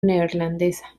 neerlandesa